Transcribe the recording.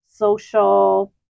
social